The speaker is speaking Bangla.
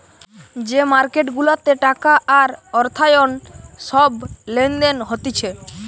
যে মার্কেট গুলাতে টাকা আর অর্থায়ন সব লেনদেন হতিছে